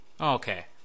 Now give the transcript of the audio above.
Okay